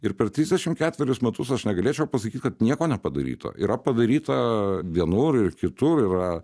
ir per trisdešimt ketverius metus aš negalėčiau pasakyt kad nieko nepadaryto yra padaryta vienur ir kitur yra